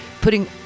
putting